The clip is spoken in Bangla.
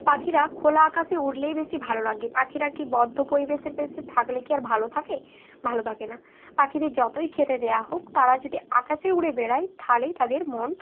পাখিরা খোলা আকাশে উড়লেই বেশি ভালো লাগে পাখিরা কি বদ্ধ পরিবেশের থাকলে কি আর ভালো থাকে ভালো থাকে না পাখিদের যতই খেতে দেওয়া হোক তারা যদি আকাশে উড়ে বেড়ায় তাহলেই তাদের মন